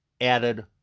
added